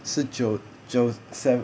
是九九 sev~